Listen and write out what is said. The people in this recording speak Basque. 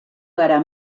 gara